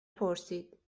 پرسید